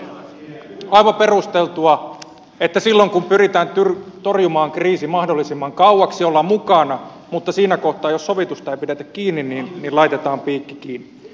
on aivan perusteltua että silloin kun pyritään torjumaan kriisi mahdollisimman kauaksi ollaan mukana mutta siinä kohtaa jos sovitusta ei pidetä kiinni laitetaan piikki kiinni